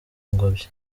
ngobyi